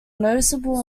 noticeable